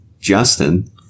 justin